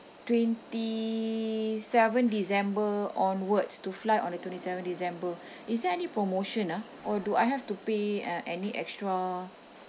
twenty seven december onwards to fly on the twenty seven december is there any promotion ah or do I have to pay uh any extra